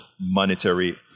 Monetary